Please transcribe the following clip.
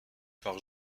par